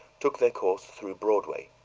took their course through broadway.